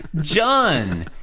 John